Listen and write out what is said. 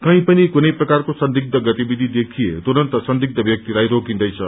कही पनि कुनै प्रकारको संदिग्ध गतिविधि देखिए तुरन्त संदिग्ध व्यक्तिलाई रोकिन्दैछ